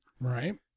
right